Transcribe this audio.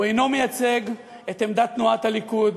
הוא אינו מייצג את עמדת תנועת הליכוד